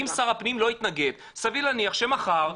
אם שר הפנים לא יתנגד סביר להניח שמחר,